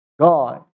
God